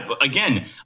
Again